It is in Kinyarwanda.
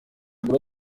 ebola